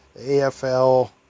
AFL